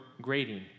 grading